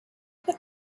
put